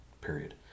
period